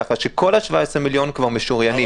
ככה שכל ה-17 מיליון כבר משוריינים.